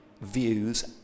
views